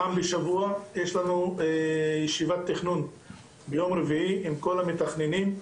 פעם בשבוע יש לנו ישיבת תכנון ביום רביעי עם כל המתכננים,